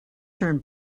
turn